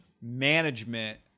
management